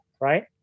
right